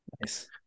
Nice